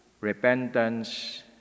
repentance